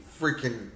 freaking